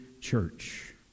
church